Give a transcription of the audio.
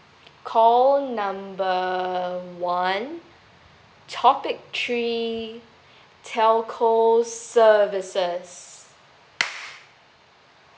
call number one topic three telco services